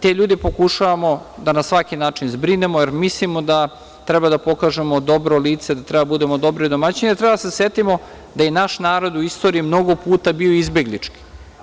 Te ljude pokušavamo da na svaki način zbrinemo, jer mislimo da treba da pokažemo dobro lice, da treba da budemo dobri domaćini, da treba da se setimo da je i naš narod u istoriji mnogo puta bio izbeglički.